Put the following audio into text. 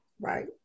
Right